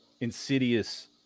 insidious